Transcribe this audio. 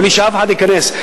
בלי שאף אחד ייכנס.